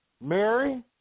Mary